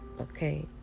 Okay